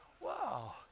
Wow